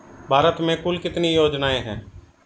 भारत में कुल कितनी योजनाएं हैं?